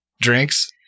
drinks